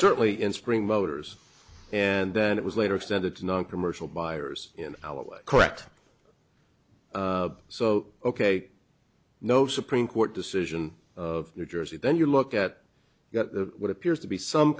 certainly in spring motors and then it was later extended to non commercial buyers in our correct so ok no supreme court decision of new jersey then you look at what appears to be some